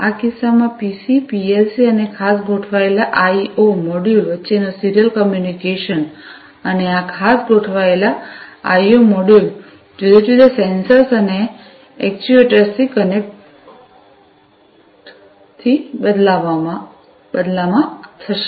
આ કિસ્સામાં PC PLC અને ખાસ ગોઠવાયેલાઆઈઑ I O મોડ્યુલો વચ્ચેનો સીરીયલ કમ્યુનિકેશન અને આ ખાસ ગોઠવાયેલ આઇઓ I O મોડ્યુલો જુદા જુદા સેન્સર્સઅને એક્ટ્યુએટર્સથી કનેક્ટ બદલામાં થશે